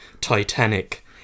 titanic